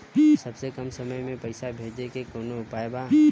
सबसे कम समय मे पैसा भेजे के कौन उपाय बा?